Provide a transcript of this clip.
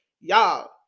y'all